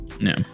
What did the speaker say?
no